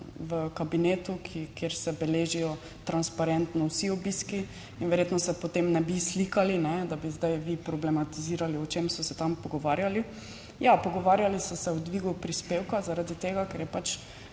v kabinetu, kjer se beležijo transparentno vsi obiski in verjetno se, potem ne bi slikali, da bi zdaj vi problematizirali, o čem so se tam pogovarjali. Ja, pogovarjali so se o dvigu prispevka, zaradi tega, ker je pač